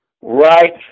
right